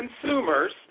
consumers